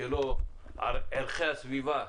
שערכי הסביבה,